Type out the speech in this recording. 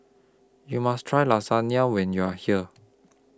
YOU must Try Lasagne when YOU Are here